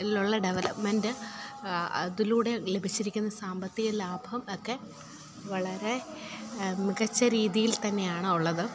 ലുള്ള ഡെവലപ്മെൻറ് അതിലൂടെ ലഭിച്ചിരിക്കുന്ന സാമ്പത്തിക ലാഭം ഒക്കെ വളരെ വളരെ മികച്ച രീതിയിൽ തന്നെയാണ് ഉള്ളത്